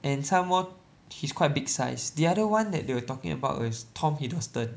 and some more he's quite big sized the other one that they were talking about was Tom Hiddleston